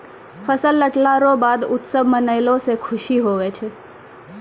फसल लटला रो बाद उत्सव मनैलो से खुशी हुवै छै